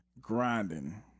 grinding